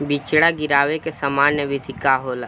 बिचड़ा गिरावे के सामान्य विधि का होला?